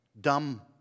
dumb